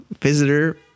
visitor